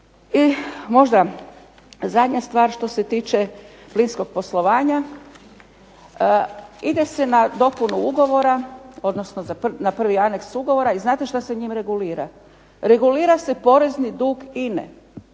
I možda zadnja stvar što se tiče plinskog poslovanja. Ide se na dopunu ugovora odnosno na prvi aneks ugovora i znate što se njim regulira? Regulira se porezni dug INA-e,